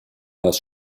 das